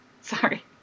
Sorry